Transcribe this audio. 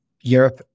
Europe